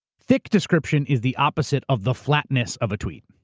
thick description is the opposite of the flatness of a tweet.